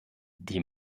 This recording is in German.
die